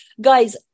guys